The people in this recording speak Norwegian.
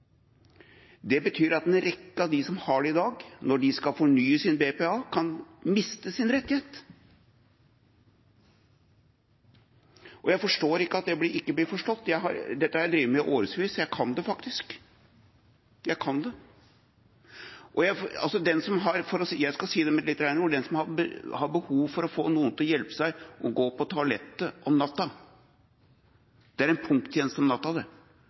Det betyr at en rekke av dem som har det i dag, kan miste sin rettighet når de skal fornye sin BPA. Jeg forstår ikke at det ikke blir forstått. Dette har jeg drevet med i årevis – jeg kan det faktisk. Jeg kan det. Jeg skal si det med rene ord: Den som har behov for å få noen til å hjelpe seg med å gå på toalettet om natta – det er en punkttjeneste om natta